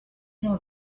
know